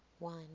One